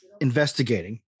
investigating